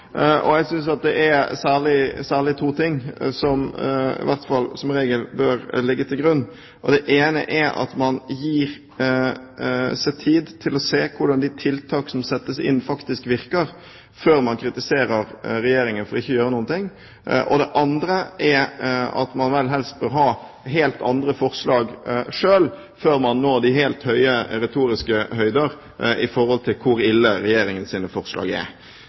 Jeg synes det særlig er to ting som bør ligge til grunn: Det ene er at man gir seg tid til å se på hvordan de tiltak som settes inn, faktisk virker, før man kritiserer Regjeringen for ikke å gjøre noe. Det andre er at man helst bør ha helt andre forslag selv før man når de store retoriske høyder og snakker om hvor ille Regjeringens forslag er.